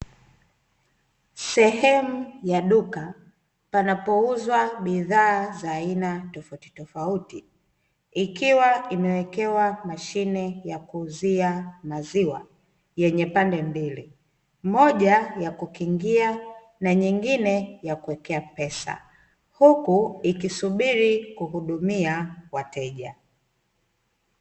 Sehemu ya duka panapouzwa bidhaa za aina tofautitofauti, ikiwa imewekewa mashine ya kuuzia maziwa yenye pande mbili moja ya kukingia na nyingine ya kuwekea pesa, huku ikisubiri kuhudumia wateja.